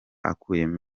akuyemo